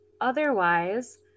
Otherwise